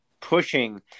pushing